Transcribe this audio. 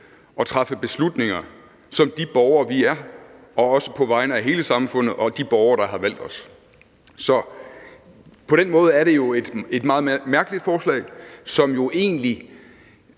og træffe beslutninger som de borgere, vi er, og også på vegne af hele samfundet og de borgere, der har valgt os. Så på den måde er det et meget mærkeligt forslag, som jo egentlig